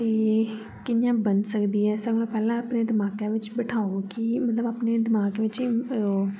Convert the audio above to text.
ते कि'यां बनी सकदी ऐ सारें कोला पैह्लै अपने दमाका बिच्च बठाओ कि मतलब अपने दमाक च ओह्